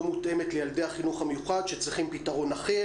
לא מותאמת לילדי החינוך המיוחד שצריכים פתרון אחר?